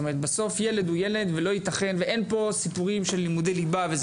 בסוף ילד הוא ילד ואין כאן סיפורים של לימודי ליבה.